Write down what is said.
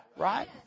right